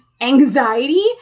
anxiety